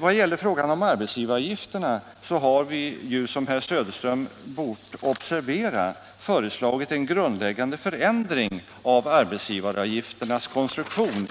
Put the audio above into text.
Vad gäller frågan om arbetsgivaravgifterna har vi ju, som herr Söderström bort observera, föreslagit en grundläggande förändring av arbetsgivaravgifternas konstruktion,